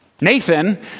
Nathan